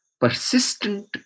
persistent